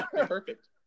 perfect